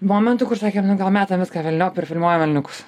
momentų kur sakėm nu gal metam viską velniop ir filmuojam elniukus